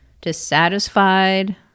dissatisfied